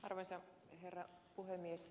arvoisa herra puhemies